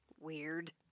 Weird